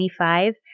25